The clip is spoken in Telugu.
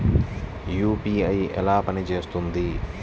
యూ.పీ.ఐ ఎలా పనిచేస్తుంది?